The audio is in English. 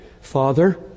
Father